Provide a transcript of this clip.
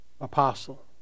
apostle